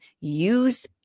use